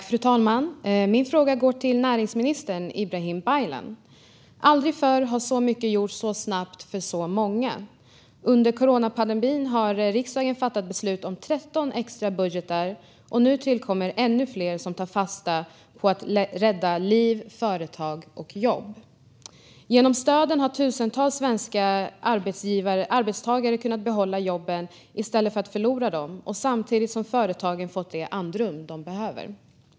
Fru talman! Min fråga går till näringsminister Ibrahim Baylan. Aldrig förr har så mycket gjorts så snabbt för så många. Under coronapandemin har riksdagen fattat beslut om 13 extra budgetar, och nu tillkommer ännu fler som tar fasta på att rädda liv, företag och jobb. Genom stöden har tusentals svenska arbetstagare kunnat behålla jobben i stället för att förlora dem. Samtidigt har företagen fått det andrum som de behöver.